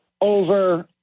over